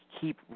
keep